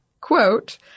quote